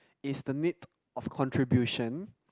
is the need of contribution